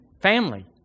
family